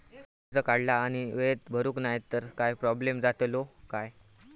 कर्ज काढला आणि वेळेत भरुक नाय तर काय प्रोब्लेम जातलो काय?